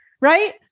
right